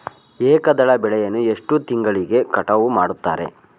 ಏಕದಳ ಬೆಳೆಯನ್ನು ಎಷ್ಟು ತಿಂಗಳಿಗೆ ಕಟಾವು ಮಾಡುತ್ತಾರೆ?